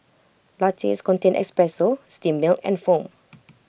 lattes contain espresso steamed milk and foam